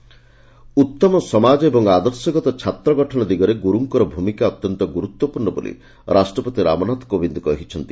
ରାଷ୍ଟ୍ରପତି ପୁରସ୍କାର ଉତ୍ତମ ସମାଜ ଏବଂ ଆଦର୍ଶଗତ ଛାତ୍ର ଗଠନ ଦିଗରେ ଗୁରୁଙ୍କର ଭୂମିକା ଅତ୍ୟନ୍ତ ଗୁରୁତ୍ୱପୂର୍ଣ ବୋଲି ରାଷ୍ଟ୍ରପତି ରାମନାଥ କୋବିଦ କହିଛନ୍ତି